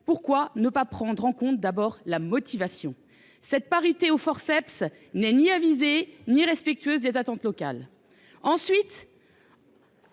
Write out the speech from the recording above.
Pourquoi ne pas prendre en compte d’abord la motivation ? Cette parité au forceps n’est ni avisée ni respectueuse des attentes locales.